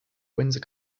windsor